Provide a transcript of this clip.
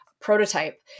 prototype